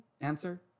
answer